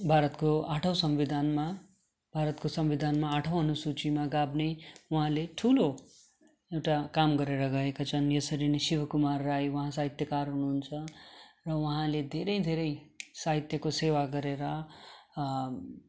भारतको आठौँ संविधानमा भारतको संविधानमा आठौँ अनुसूचीमा गाभ्ने उहाँले ठुलो एउटा काम गरेर गएका छन् यसरी नै शिव कुमार राई उहाँ साहित्यकार हुनु हुन्छ र उहाँले धेरै धेरै साहित्यको सेवा गरेर